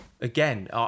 Again